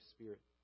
Spirit